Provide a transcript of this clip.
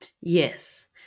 Yes